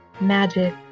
magic